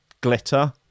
glitter